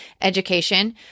education